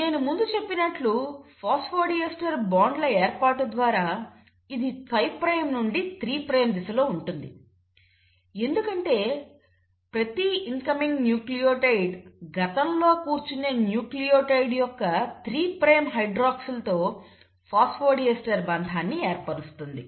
నేను ముందు చెప్పినట్టు ఫాస్ఫోడీస్టర్ బాండ్ల ఏర్పాటు ద్వారా ఇది 5 ప్రైమ్ నుండి 3 ప్రైమ్ దిశలో ఉంటుంది ఎందుకంటే ప్రతి ఇన్కమింగ్ న్యూక్లియోటైడ్ గతంలో కూర్చున్న న్యూక్లియోటైడ్ యొక్క 3 ప్రైమ్ హైడ్రాక్సిల్ తో ఫాస్ఫోడీస్టర్ బంధాన్ని ఏర్పరుస్తుంది